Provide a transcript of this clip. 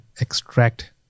extract